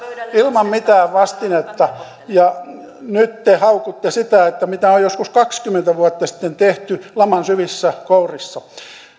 ilman mitään vastinetta ja nyt te haukutte siitä mitä on joskus kaksikymmentä vuotta sitten tehty laman syvissä kourissa